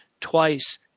twice